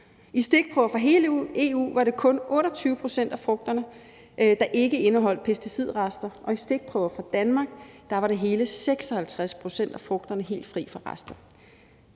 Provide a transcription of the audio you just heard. I stikprøver fra hele EU var det kun 28 pct. af frugterne, der ikke indeholdt pesticidrester, og i stikprøver fra Danmark var det hele 56 pct. af frugterne, der var helt fri for rester.